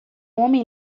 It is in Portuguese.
homem